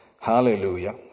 Hallelujah